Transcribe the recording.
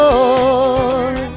Lord